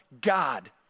God